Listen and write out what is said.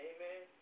Amen